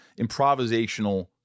improvisational